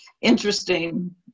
interesting